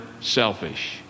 selfish